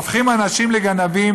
הופכים אנשים לגנבים,